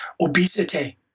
Obesity